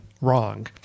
wrong